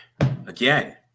again